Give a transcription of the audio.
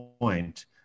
point